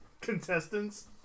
contestants